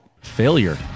Failure